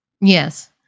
Yes